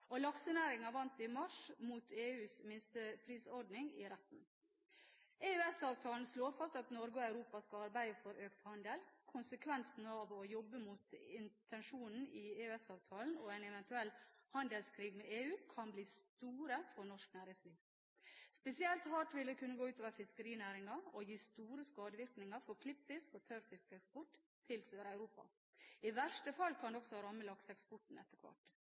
og laksenæringen vant i mars mot EUs minsteprisordning i retten. EØS-avtalen slår fast at Norge og Europa skal arbeide for økt handel. Konsekvensene av å jobbe mot intensjonene i EØS-avtalen og en eventuell handelskrig med EU kan bli store for norsk næringsliv. Spesielt hardt vil det kunne gå ut over fiskerinæringen og gi store skadevirkninger for klippfisk- og tørrfiskeksport til Sør-Europa. I verste fall kan det også ramme lakseeksporten etter hvert.